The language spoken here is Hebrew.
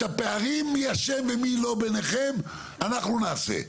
הפערים ביניכם, מי אשם ומי לא, אנחנו נעשה.